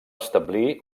establir